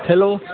hello